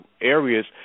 areas